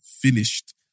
Finished